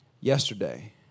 yesterday